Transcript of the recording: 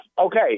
Okay